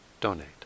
donate